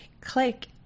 click